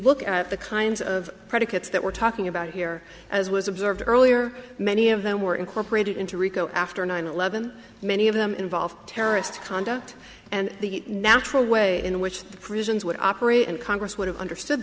look at the kinds of predicates that we're talking about here as was observed earlier many of them were incorporated into rico after nine eleven many of them involve terrorist conduct and the natural way in which the prisons would operate and congress would have understood